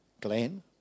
Glenn